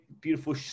beautiful